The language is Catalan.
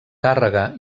càrrega